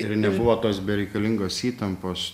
ir nebuvo tos bereikalingos įtampos